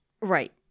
Right